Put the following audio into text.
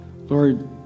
Lord